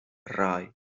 рай